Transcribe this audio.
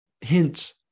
hints